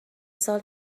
سال